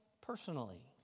personally